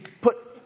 put